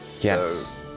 Yes